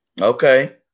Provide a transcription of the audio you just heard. okay